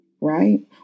right